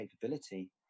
capability